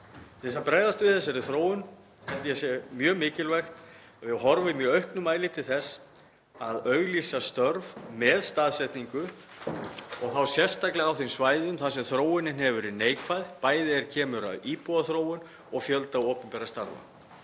Til að bregðast við þessari þróun held ég að sé mjög mikilvægt að við horfum í auknum mæli til þess að auglýsa störf með staðsetningu og þá sérstaklega á þeim svæðum þar sem þróunin hefur verið neikvæð, bæði er kemur að íbúaþróun og fjölda opinberra starfa.